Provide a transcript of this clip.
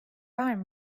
var